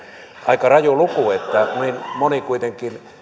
aika raju luku että niin moni kuitenkin